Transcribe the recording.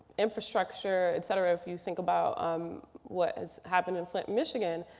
infrastructure, et cetera. if you think about um what has happened in flint, michigan,